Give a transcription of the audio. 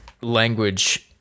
Language